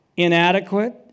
inadequate